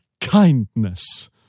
kindness